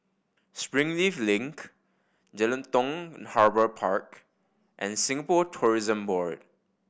Springleaf Link Jelutung Harbour Park and Singapore Tourism Board